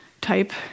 type